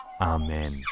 Amen